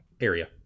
area